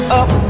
up